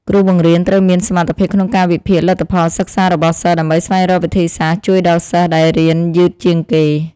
គ្រូបង្រៀនត្រូវមានសមត្ថភាពក្នុងការវិភាគលទ្ធផលសិក្សារបស់សិស្សដើម្បីស្វែងរកវិធីសាស្ត្រជួយដល់សិស្សដែលរៀនយឺតជាងគេ។